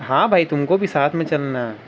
ہاں بھائی تم کو بھی ساتھ میں چلنا ہے